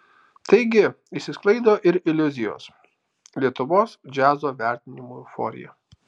taigi išsisklaido ir iliuzijos lietuvos džiazo vertinimų euforija